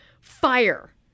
fire